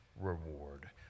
reward